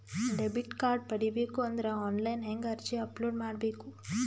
Debit card ಪಡಿಬೇಕು ಅಂದ್ರ online ಹೆಂಗ್ ಅರ್ಜಿ ಅಪಲೊಡ ಮಾಡಬೇಕು?